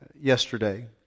yesterday